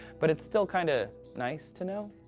but it's still kind of nice to know,